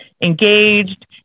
engaged